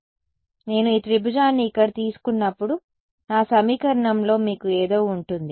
కాబట్టి నేను ఈ త్రిభుజాన్ని ఇక్కడ తీసుకున్నప్పుడు నా సమీకరణంలో మీకు ఏదో ఉంటుంది